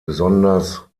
besonders